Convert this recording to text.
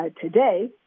today